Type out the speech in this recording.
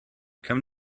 come